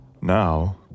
Now